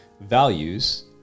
values